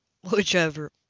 Whichever